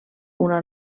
una